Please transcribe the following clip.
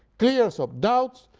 clears up doubts,